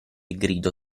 grido